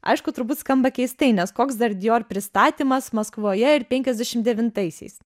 aišku turbūt skamba keistai nes koks dar dior pristatymas maskvoje ir penkiasdešimt devintaisiais